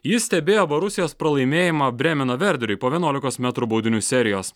jis stebėjo borusijos pralaimėjimą brėmeno verderiui po vienuolikos metrų baudinių serijos